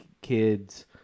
kids